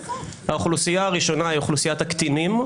האוכלוסייה הראשונה היא אוכלוסיית הקטינים,